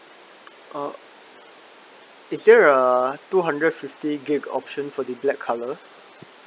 uh is there uh two hundred fifty gigabyte option for the black colour